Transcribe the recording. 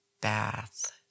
bath